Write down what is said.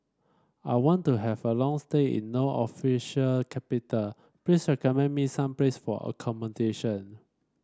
I want to have a long stay in No official capital please recommend me some place for accommodation